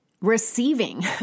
receiving